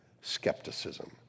skepticism